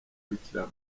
bikira